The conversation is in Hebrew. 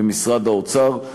במשרד האוצר.